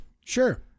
sure